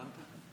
הבנת?